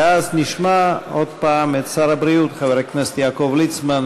ואז נשמע עוד פעם את שר הבריאות חבר הכנסת יעקב ליצמן,